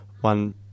one